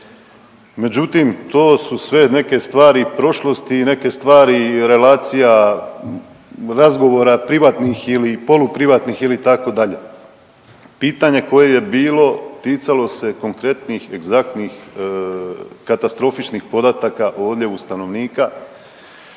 Međutim, to su sve neke stvari i prošlosti i neke stvari i relacija razgovora privatnih ili poluprivatnih ili itd.. Pitanje koje je bilo ticalo se konkretnih egzaktnih katastrofičnih podataka o odljevu stanovnika.